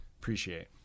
appreciate